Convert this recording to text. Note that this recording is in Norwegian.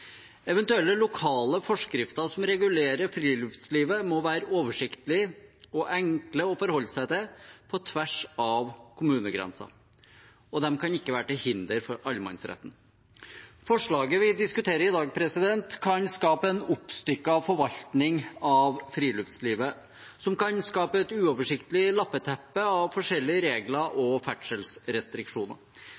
Eventuelle lokale forskrifter som regulerer friluftslivet, må være oversiktlige og enkle å forholde seg til, på tvers av kommunegrenser, og de kan ikke være til hinder for allemannsretten. Forslaget vi diskuterer i dag, kan skape en oppstykket forvaltning av friluftslivet som kan skape et uoversiktlig lappeteppe av forskjellige regler og